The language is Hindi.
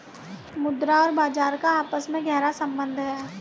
मुद्रा और बाजार का आपस में गहरा सम्बन्ध है